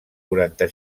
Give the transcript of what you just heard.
quaranta